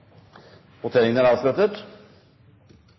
og fremdeles er det